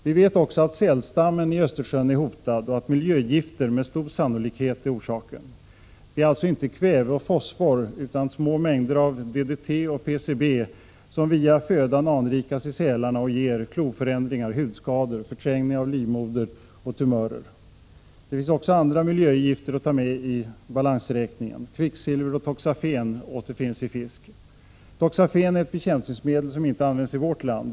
Vi vet också att sälstammen i Östersjön är hotad och att miljögifter med stor sannolikhet är orsaken. Det är alltså inte kväve och fosfor utan små mängder av DDT och PCB som via födan anrikas i sälarna och ger kloförändringar, hudskador, förträngning av livmodern och tumörer. Det finns också andra miljögifter att ta med i balansräkningen. Kvicksilver och toxafen återfinns i fisk. Toxafen är ett bekämpningsmedel, som inte används i vårt land.